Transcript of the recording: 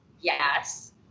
Yes